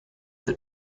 that